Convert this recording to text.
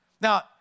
Now